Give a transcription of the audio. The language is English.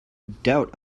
doubt